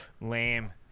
Lame